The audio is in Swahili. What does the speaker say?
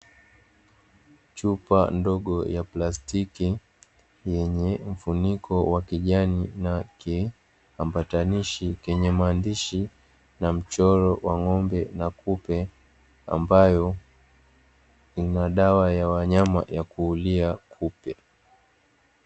Chupa ndogo ya plastiki yenye mfuniko wa kijani na kiambatanishi chenye maandishi na mchoro wa ng'ombe na kupe, ambayo inadawa ya wanyama ya kuulia kupe.